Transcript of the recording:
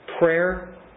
Prayer